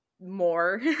more